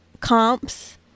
comps